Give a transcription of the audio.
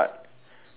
ya